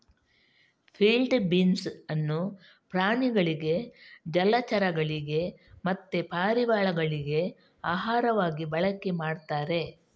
field beans ಅನ್ನು ಪ್ರಾಣಿಗಳಿಗೆ ಜಲಚರಗಳಿಗೆ ಮತ್ತೆ ಪಾರಿವಾಳಗಳಿಗೆ ಆಹಾರವಾಗಿ ಬಳಕೆ ಮಾಡ್ತಾರೆ